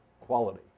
quality